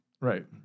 Right